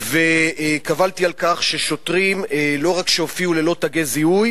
וקבלתי על כך ששוטרים לא רק שהופיעו ללא תגי זיהוי,